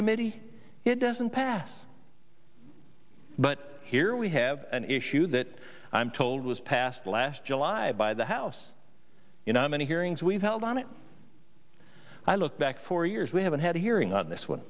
committee it doesn't pass but here we have an issue that i'm told was passed last july by the house you know many hearings we've held on it i look back four years we haven't had a hearing on this one